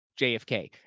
JFK